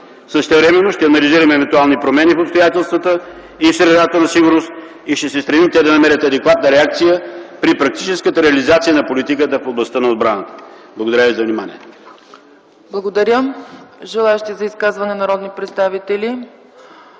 Същевременно ще анализираме евентуални промени в обстоятелствата и в средата на сигурност и ще се стремим те да намерят адекватна реакция при практическата реализация на политиката в областта на отбраната. Благодаря ви за вниманието.